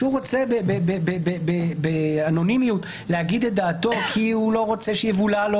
הוא רוצה באנונימיות להגיד את דעתו כי הוא לא רוצה שיבולע לו